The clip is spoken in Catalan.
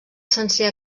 sencer